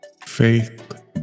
Faith